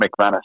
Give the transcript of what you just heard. McManus